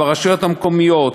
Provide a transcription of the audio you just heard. ברשויות המקומיות,